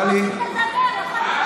טלי,